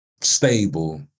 stable